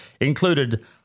included